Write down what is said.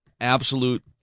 absolute